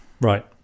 Right